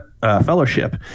Fellowship